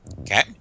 Okay